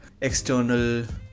external